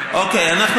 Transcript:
שמחייב,